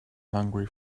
hungry